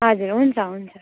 हजुर हुन्छ हुन्छ